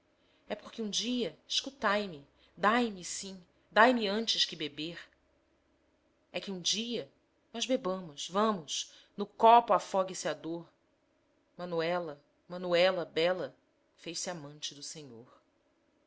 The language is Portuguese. é porque um dia escutai me dai-me sim dai-me antes que beber é que um dia mas bebamos vamos no copo afogue se a dor manuela manuela bela fez-se amante do senhor